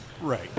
Right